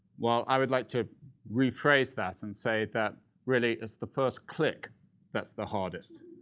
well, i would like to rephrase that. and say that really it's the first click that's the hardest.